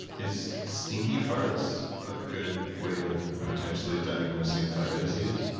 is stinky farts a good way of potentially diagnosing thyroid disease?